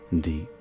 Deep